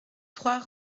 trois